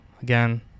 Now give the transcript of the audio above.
Again